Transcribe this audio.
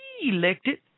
elected